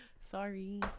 Sorry